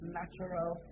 natural